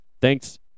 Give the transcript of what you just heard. thanks